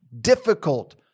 difficult